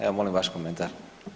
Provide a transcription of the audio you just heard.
Evo molim vaš komentar.